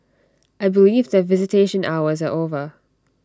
I believe that visitation hours are over